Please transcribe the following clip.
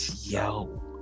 yo